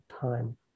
time